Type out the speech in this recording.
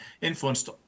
influenced